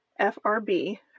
FRB